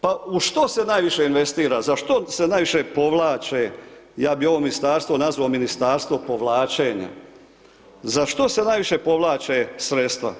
Pa u što se najviše investira, za što se najviše povlače, ja bih ovo Ministarstvo nazvao Ministarstvo povlačenja, za što se najviše povlače sredstva?